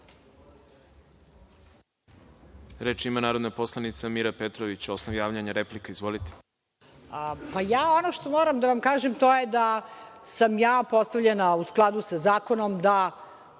Reč ima narodna poslanica Mira Petrović. Osnov javljanja replika. Izvolite. **Mira Petrović** Ono što moram da vam kažem, to je da sam ja postavljena u skladu sa zakonom, da